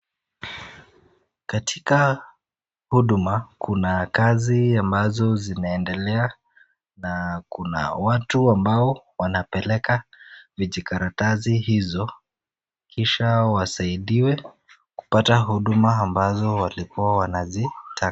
Katika huduma kuna kazi ambazo zinaendelea na kuna watu ambao wanapeleka vijikaratasi hizo kisha wasaidiwe kupata huduma ambazo walikuwa wanazitaka.